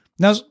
Now